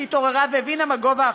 שהתעוררה והבינה מה גובה החוב.